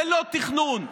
ללא תכנון,